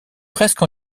presque